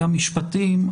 המשפטים,